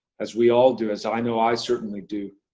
as we all do, as i know i certainly do,